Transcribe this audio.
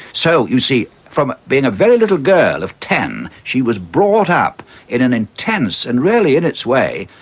so, you see, from being a very little girl of ten she was brought up in an intense and really, in its way,